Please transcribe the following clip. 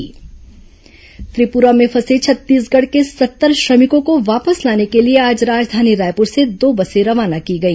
श्रमिक बस रवाना त्रिपुरा में फंसे छत्तीसगढ़ के सत्तर श्रमिकों को वापस लाने के लिए आज राजधानी रायपुर से दो बसें रवाना की गई